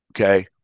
okay